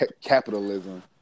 capitalism